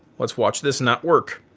let's watch this not work.